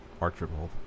Archibald